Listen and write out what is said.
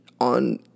on